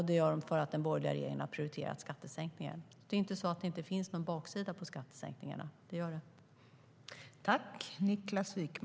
Det gör de för att den borgerliga regeringen har prioriterat skattesänkningar.